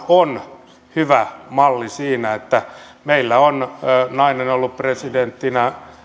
on hyvä malli sen takia että meillä on nainen ollut presidenttinä